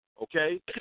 Okay